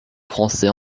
français